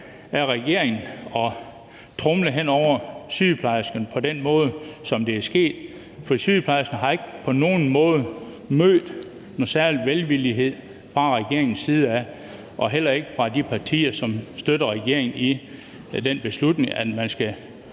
af regeringen at tromle hen over sygeplejerskerne på den måde, som det er sket, for sygeplejerskerne har ikke på nogen måde mødt nogen særlig velvillighed fra regeringens side af, og heller ikke fra de partier, som støtter regeringen i den beslutning, at man skal